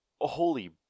Holy